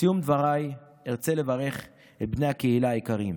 בסיום דבריי ארצה לברך את בני הקהילה היקרים